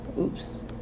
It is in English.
Oops